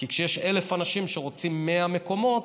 כי כשיש 1,000 אנשים שרוצים 100 מקומות,